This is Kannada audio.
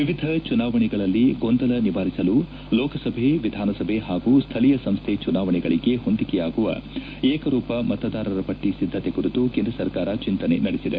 ವಿವಿಧ ಚುನಾವಣೆಗಳಲ್ಲಿ ಗೊಂದಲ ನಿವಾರಿಸಲು ಲೋಕಸಭೆ ವಿಧಾನಸಭೆ ಹಾಗೂ ಸ್ಥಳೀಯ ಸಂಸ್ಥೆ ಚುನಾವಣೆಗಳಿಗೆ ಹೊಂದಿಕೆಯಾಗುವ ಏಕರೂಪ ಮತದಾರರ ಪಟ್ಟಿ ಸಿದ್ದತೆ ಕುರಿತು ಕೇಂದ್ರ ಸರ್ಕಾರ ಚಿಂತನೆ ನಡೆಸಿದೆ